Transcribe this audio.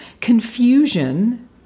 Confusion